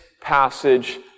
passage